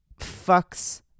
fucks